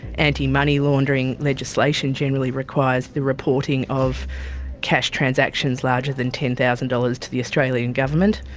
anti money laundering legislation generally requires the reporting of cash transactions larger than ten thousand dollars to the australian government.